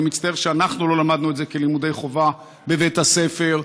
אני מצטער שאנחנו לא למדנו את זה כלימודי חובה בבית הספר,